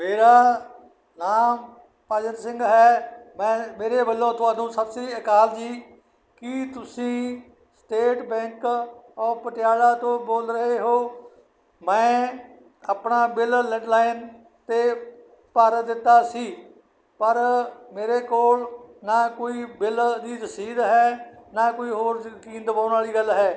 ਮੇਰਾ ਨਾਮ ਭਗਤ ਸਿੰਘ ਹੈ ਮੈਂ ਮੇਰੇ ਵੱਲੋਂ ਤੁਹਾਨੂੰ ਸਤਿ ਸ਼੍ਰੀ ਅਕਾਲ ਜੀ ਕੀ ਤੁਸੀਂ ਸਟੇਟ ਬੈਂਕ ਆਫ ਪਟਿਆਲਾ ਤੋਂ ਬੋਲ ਰਹੇ ਹੋ ਮੈਂ ਆਪਣਾ ਬਿੱਲ ਲੀਡਲਾਈਨ 'ਤੇ ਭਰ ਦਿੱਤਾ ਸੀ ਪਰ ਮੇਰੇ ਕੋਲ ਨਾ ਕੋਈ ਬਿੱਲ ਦੀ ਰਸੀਦ ਹੈ ਨਾ ਕੋਈ ਹੋਰ ਯਕੀਨ ਦਵਾਉਣ ਵਾਲੀ ਗੱਲ ਹੈ